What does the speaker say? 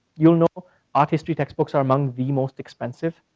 you'll know artistry textbooks are among the most expensive.